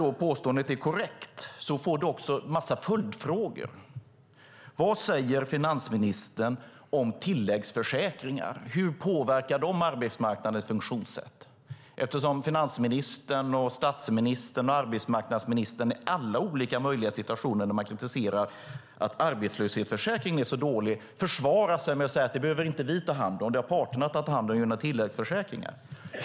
Om påståendet är korrekt får det en massa följdfrågor. Vad säger finansministern om tilläggsförsäkringar? Hur påverkar de arbetsmarknadens funktionssätt? Finansministern, statsministern och arbetsmarknadsministern försvarar sig nämligen i alla möjliga olika situationer där man kritiserar att arbetslöshetsförsäkringen är så dålig med att säga: Det behöver vi inte ta hand om. Det har parterna tagit hand om genom tilläggsförsäkringar.